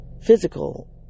physical